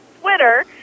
twitter